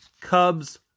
Cubs